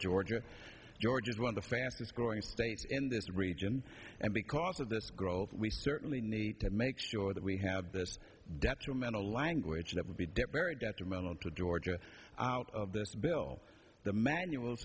georgia georgia is one of the fastest growing states in this region and because of this growth we certainly need to make sure that we have this detrimental language that would be deferred detrimental to georgia out of this bill the manuals